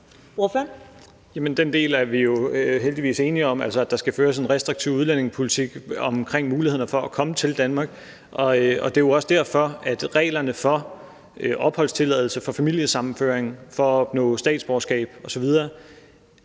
Den del er vi jo heldigvis enige om, altså at der skal føres en restriktiv udlændingepolitik vedrørende mulighederne for at komme til Danmark. Det er jo også derfor, at reglerne for opholdstilladelse, for familiesammenføring, for at opnå statsborgerskab osv.